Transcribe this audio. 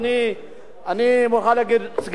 אני מוכרח להגיד, סגן שר האוצר,